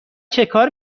چکار